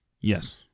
Yes